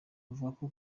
avuga